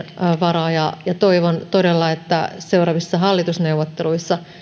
varaa ja ja toivon todella että seuraavissa hallitusneuvotteluissa